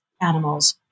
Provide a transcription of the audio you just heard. animals